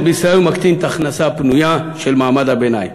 בישראל ומקטינה את ההכנסה הפנויה של מעמד הביניים.